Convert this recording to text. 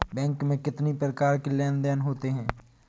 Bank में कितनी प्रकार के लेन देन देन होते हैं?